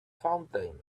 fountain